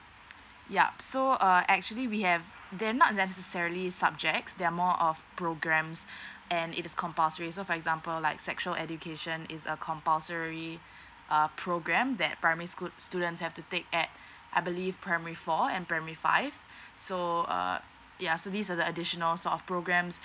ya so err actually we have they're not necessarily subjects they're more of programs and it is compulsory so for example like sexual education is a compulsory err program that primary school students have to take at I believe primary four and primary five so err ya so these are the additional sort of programs